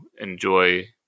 enjoy